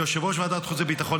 ליושב-ראש ועדת החוץ והביטחון,